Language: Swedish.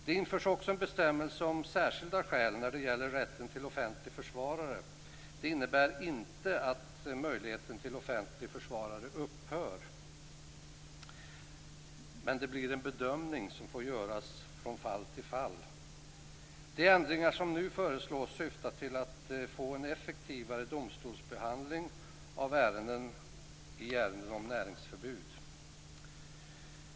Det införs också en bestämmelse om särskilda skäl när det gäller rätten till offentlig försvarare. Det innebär inte att möjligheten till offentlig försvarare upphör, men det blir en bedömning som får göras från fall till fall. De ändringar som nu föreslås syftar till att få en effektivare domstolsbehandling av ärenden om näringsförbud.